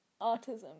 autism